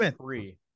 three